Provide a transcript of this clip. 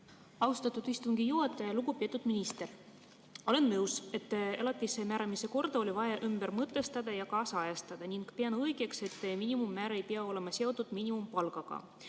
Austatud istungi juhataja! Lugupeetud minister! Ma olen nõus, et elatise määramise korda oli vaja ümber mõtestada ja kaasajastada, ning pean õigeks, et miinimummäär ei pea olema seotud miinimumpalgaga.